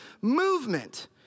movement